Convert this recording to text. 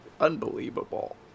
unbelievable